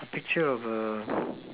a picture of the